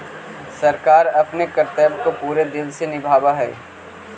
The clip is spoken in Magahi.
सरकार अपने कर्तव्य को पूरे दिल से निभावअ हई